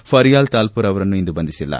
ಫರ್ಯಾಲ್ ತಾಲ್ಪುರ್ ಅವರನ್ನು ಇನ್ನು ಬಂಧಿಸಿಲ್ಲ